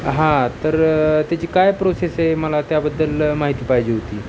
हा तर त्याची काय प्रोसेस आहे मला त्याबद्दल माहिती पाहिजे होती